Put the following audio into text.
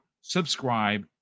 subscribe